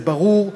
זה ברור.